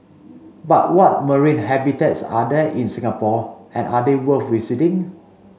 but what marine habitats are there in Singapore and are they worth visiting